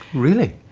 really?